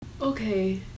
Okay